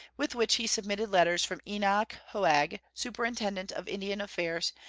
with which he submitted letters from enoch hoag, superintendent of indian affairs,